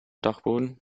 dachboden